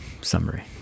Summary